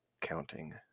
counting